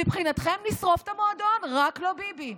מבחינתכם, לשרוף את המועדון, רק לא ביבי.